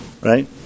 right